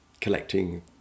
collecting